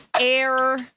air